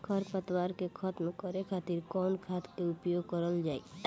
खर पतवार के खतम करे खातिर कवन खाद के उपयोग करल जाई?